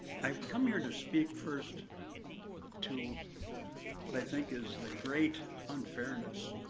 i've come here to speak first to what i think is the great unfairness